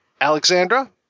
Alexandra